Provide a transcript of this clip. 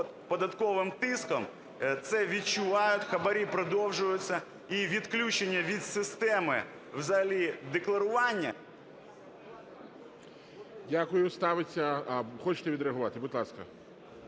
податковим тиском, це відчувають, хабарі продовжуються і відключення від системи взагалі декларування… ГОЛОВУЮЧИЙ. Дякую. Ставиться… А, хочете відреагувати? Будь ласка.